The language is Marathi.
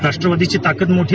राष्ट्रवादीची ताकद मोठी आहे